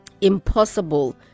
impossible